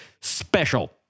special